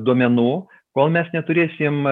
duomenų kol mes neturėsim